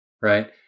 right